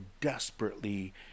desperately